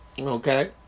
Okay